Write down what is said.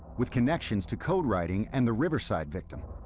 with connections to code writing and the riverside victim,